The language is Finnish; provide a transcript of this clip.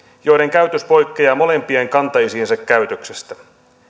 joiden käytös poikkeaa molempien kantaisiensä käytöksestä